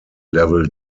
level